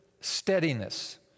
steadiness